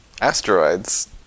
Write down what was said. asteroids